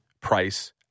price